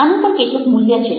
આનું પણ કેટલુંક મૂલ્ય છે